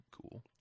cool